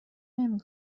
نمی